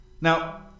Now